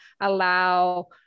allow